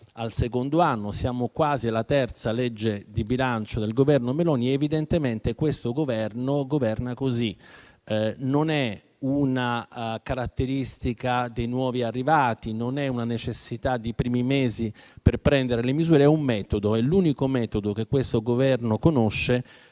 al secondo anno e quasi alla terza legge di bilancio del Governo Meloni, governa così. Non è una caratteristica dei nuovi arrivati, né una necessità dei primi mesi per prendere le misure, ma è un metodo, l'unico metodo che questo Governo conosce.